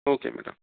okay madam